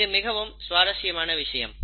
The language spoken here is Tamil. இது மிகவும் சுவாரசியமான விஷயம்